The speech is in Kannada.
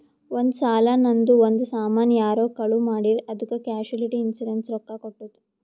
ಒಂದ್ ಸಲಾ ನಂದು ಒಂದ್ ಸಾಮಾನ್ ಯಾರೋ ಕಳು ಮಾಡಿರ್ ಅದ್ದುಕ್ ಕ್ಯಾಶುಲಿಟಿ ಇನ್ಸೂರೆನ್ಸ್ ರೊಕ್ಕಾ ಕೊಟ್ಟುತ್